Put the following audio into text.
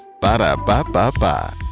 Ba-da-ba-ba-ba